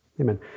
Amen